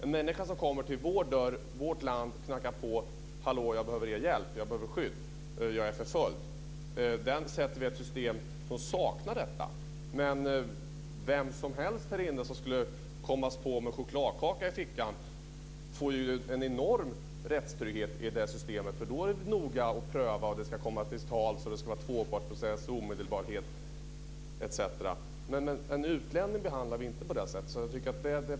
En människa som kommer till vårt land och knackar på dörren och säger att han behöver vår hjälp och vårt skydd på grund av att han är förföljd sätter vi i ett system som saknar detta. Men vem som helst här inne som skulle kommas på med en chokladkaka i fickan får ju en enorm rättstrygghet i systemet. Då är det noga med att pröva. Man ska komma till tals och det ska vara tvåpartsprocess och omedelbarhet, etc. En utlänning behandlar vi inte på det sättet.